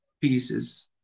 pieces